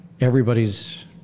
Everybody's